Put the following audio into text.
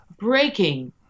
Breaking